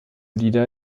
lieder